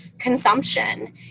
consumption